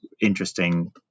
interesting